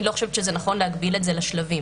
אני לא חושבת שנכון להגביל את זה לשלבים.